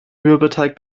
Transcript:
mürbeteig